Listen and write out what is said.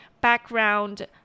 background